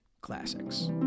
Classics